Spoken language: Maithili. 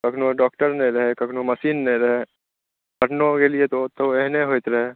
कखनो डॉक्टर नहि रहै कखनो मशीन नहि रहै एखनो गेलियै तऽ ओहिना होइत रहै